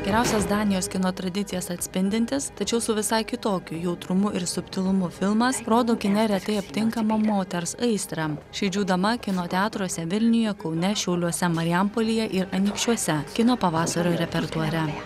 geriausias danijos kino tradicijas atspindintis tačiau su visai kitokiu jautrumu ir subtilumu filmas rodo neretai aptinkamą moters aistrą širdžių dama kino teatruose vilniuje kaune šiauliuose marijampolėje ir anykščiuose kino pavasario repertuare